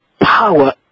power